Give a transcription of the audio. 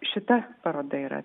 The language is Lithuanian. šita paroda yra